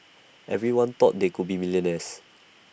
everyone thought they would be millionaires